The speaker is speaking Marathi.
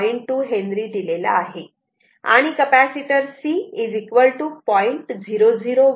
2 हेन्री दिलेला आहे आणि कपॅसिटर C 0